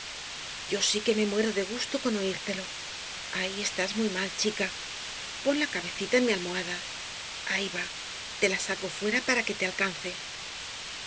yo sí que me muero de gusto con oírtelo ahí estás muy mal chica pon la cabecita en mi almohada ahí va te la saco fuera para que te alcance